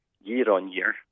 year-on-year